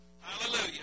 Hallelujah